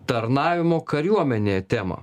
tarnavimo kariuomenėje temą